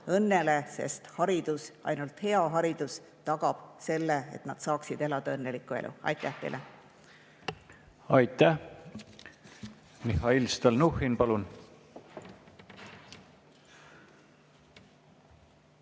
õnnele, sest ainult hea haridus tagab selle, et nad saaksid elada õnnelikku elu. Aitäh teile! Aitäh! Mihhail Stalnuhhin, palun!